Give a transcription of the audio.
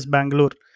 Bangalore